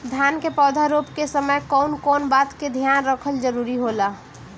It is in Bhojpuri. धान के पौधा रोप के समय कउन कउन बात के ध्यान रखल जरूरी होला?